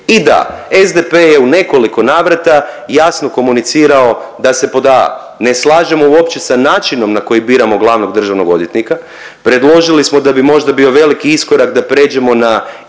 I da, SDP je u nekoliko navrata jasno komunicirao da se pod a) ne slažemo uopće sa načinom na koji biramo glavnog državnog odvjetnika. Predložili smo da bi možda bio veliki iskorak da pređemo na izbor